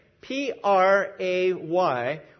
P-R-A-Y